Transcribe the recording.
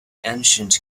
ancient